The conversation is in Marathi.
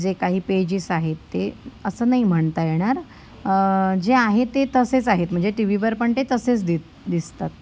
जे काही पेजेस आहेत ते असं नाही म्हणता येणार जे आहे ते तसेच आहेत म्हणजे टीवीवर पण ते तसेच दी दिसतात